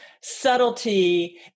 subtlety